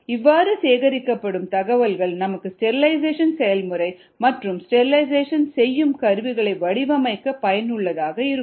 இவ்வாறு சேகரிக்கப்படும் தகவல்கள் நமக்கு ஸ்டெரிலைசேஷன் செயல்முறை மற்றும் ஸ்டெரிலைசேஷன் செய்யும் கருவிகளை வடிவமைக்க பயனுள்ளதாக இருக்கும்